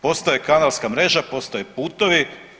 Postoji kanalska mreža, postoje putovi.